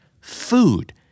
food